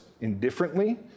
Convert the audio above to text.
indifferently